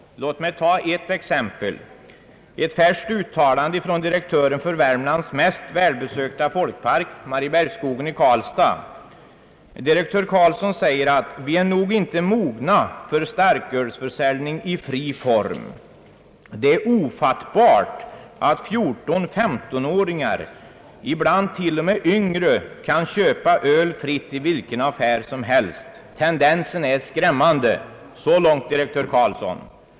Låt mig ta ett exempel. I ett färskt uttalande av direktören för Värmlands mest besökta folkpark, Mariebergsskogen i Karlstad, säger denne: »Vi är nog inte mogna för starkölsförsäljning i fri form. Det är ofattbart att 14—15-åringar och ibland till och med yngre kan köpa öl fritt i vilken affär som helst. Tendensen är skrämmande.» Så långt direktör Karlsson.